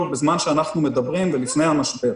כבר בזמן שאנחנו מדברים ולפני המשבר.